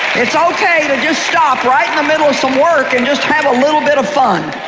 it's okay to just stop right in the middle of some work and just have a little bit of fun,